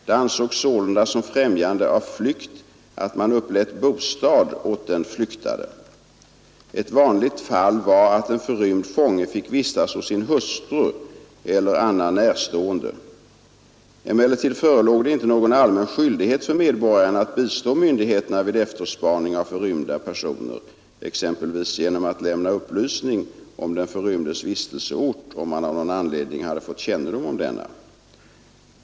Det ansågs sålunda som främjande av flykt att rrymd man upplät bostad åt den flyktade. Ett vanligt fall var att en fånge fick vistas hos sin hustru eller annan närstående. Emellertid förelåg det inte någon allmän skyldighet för medborgarna att bistå myndigheterna vid efterspaning av förrymda personer, exempelvis genom att lämna upplysning om den förrymdes vistelseort om man av någon anledning hade fått kännedom om denna.